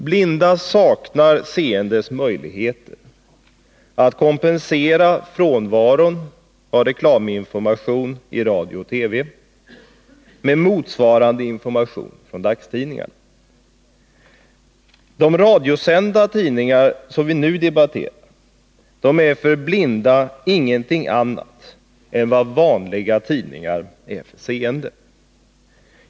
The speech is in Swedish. Blinda saknar seendes möjligheter att kompensera frånvaron av reklaminformation i radio och TV med motsvarande information från dagstidningar. De radiosända tidningar som vi nu debatterar är för blinda ingenting annat än vad vanliga tidningar är för seende.